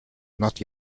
not